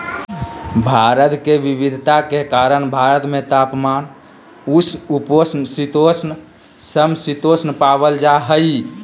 जलवायु के विविधता के कारण भारत में तापमान, उष्ण उपोष्ण शीतोष्ण, सम शीतोष्ण पावल जा हई